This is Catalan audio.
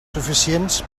suficients